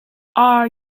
are